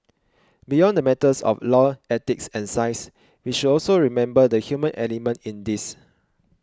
beyond the matters of law ethics and science we should also remember the human element in this